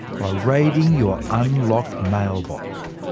by raiding your unlocked mailbox.